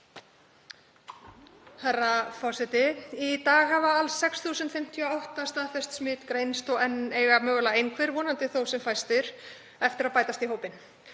Herra forseti. Í dag hafa alls 6.058 staðfest smit greinst og enn eiga mögulega einhverjir, vonandi þó sem fæstir, eftir að bætast í hópinn.